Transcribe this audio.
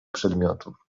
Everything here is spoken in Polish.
przedmiotów